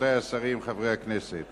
עברה בקריאה